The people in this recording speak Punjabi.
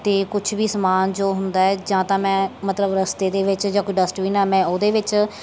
ਅਤੇ ਕੁਛ ਵੀ ਸਮਾਨ ਜੋ ਹੁੰਦਾ ਏ ਜਾਂ ਤਾਂ ਮੈਂ ਮਤਲਬ ਰਸਤੇ ਦੇ ਵਿੱਚ ਜਾਂ ਕੋਈ ਡਸਟਵਿਨ ਆ ਮੈਂ ਉਹਦੇ ਵਿੱਚ